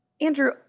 andrew